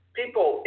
people